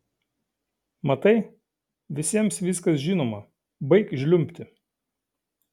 matai visiems viskas žinoma baik žliumbti